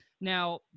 now